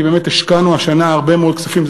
כי באמת השקענו השנה הרבה מאוד כספים,